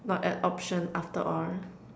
not an option after all